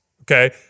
okay